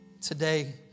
Today